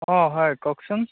অঁ হয় কওকচোন